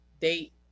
date